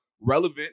relevant